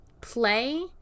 play